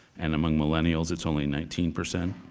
and among millennials, it's only nineteen percent.